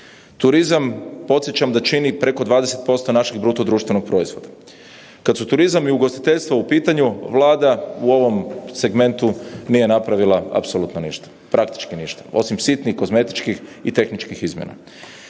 Turizam podsjećam da čini preko 20% našeg BDP-a, kada su turizam i ugostiteljstvo u pitanju Vlada u ovom segmentu nije napravila apsolutno ništa, praktični ništa osim sitnih kozmetičkih i tehničkih izmjena.